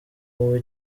wowe